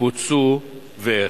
פוצו ואיך?